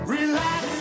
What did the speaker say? Relax